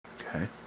Okay